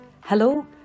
hello